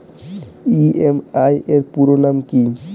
EMI এর পুরোনাম কী?